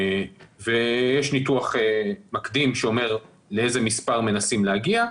יש ניתוח מקדים שאומר לאיזה מספר מנסים להגיע,